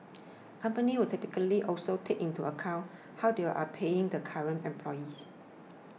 companies will typically also take into account how they are paying the current employees